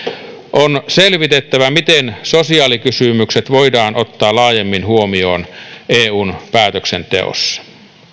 on selvitettävä miten sosiaalikysymykset voidaan ottaa laajemmin huomioon eun päätöksenteossa